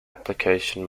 application